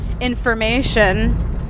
information